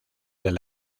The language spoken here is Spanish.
del